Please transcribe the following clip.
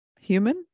human